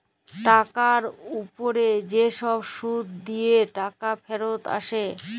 টাকার উপ্রে যে ছব সুদ দিঁয়ে টাকা ফিরত আসে